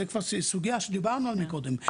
זו כבר סוגיה שדיברנו עליה קודם.